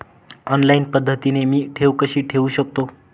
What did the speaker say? Online पद्धतीने मी ठेव कशी ठेवू शकतो?